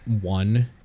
one